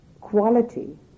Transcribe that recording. quality